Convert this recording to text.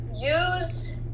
use